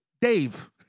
Dave